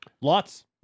Lots